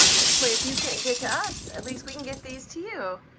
this way, if you can't get to us, at least we and get these to you.